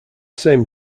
same